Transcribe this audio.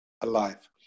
alive